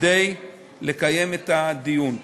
כדי לקיים את הדיון.